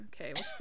okay